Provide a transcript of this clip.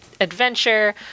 adventure